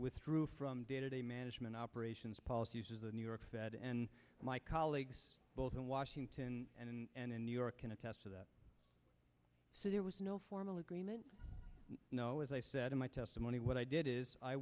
withdrew from day to day management operations policy the new york fed and my colleagues both in washington and in new york can attest to that so there was no formal agreement no as i said in my testimony what i did is i